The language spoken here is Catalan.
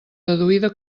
deduïda